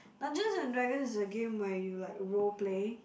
Dungeons and dragon is a game where you like role play